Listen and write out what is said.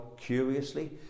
curiously